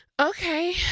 Okay